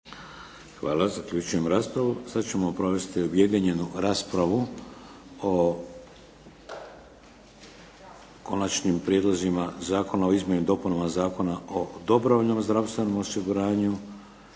**Šeks, Vladimir (HDZ)** Sada ćemo provesti objedinjenu raspravu o - Konačni prijedlog zakona o izmjenama i dopunama Zakona o dobrovoljnom zdravstvenom osiguranju,